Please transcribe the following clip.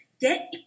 Get